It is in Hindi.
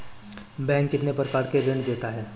बैंक कितने प्रकार के ऋण देता है?